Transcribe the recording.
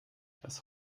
das